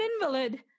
invalid